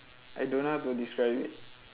I don't know how to describe it